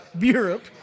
Europe